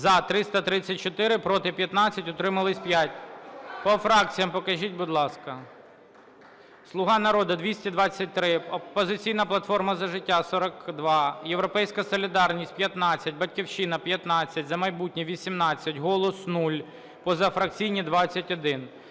За-334 Проти – 15, утримались – 5. По фракціям покажіть, будь ласка. "Слуга народу" – 223, "Опозиційна платформа – За життя" – 42, "Європейська солідарність" – 15, "Батьківщина" – 15, "За майбутнє" – 18, "Голос" – 0, позафракційні – 21.